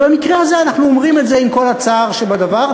ובמקרה הזה אנחנו אומרים את זה עם כל הצער שבדבר,